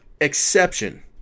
exception